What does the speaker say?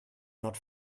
not